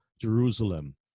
Jerusalem